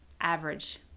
average